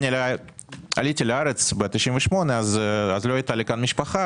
כשעליתי לארץ ב-98' לא הייתה לי כאן משפחה